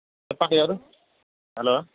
చెప్పండి ఎవరు హలో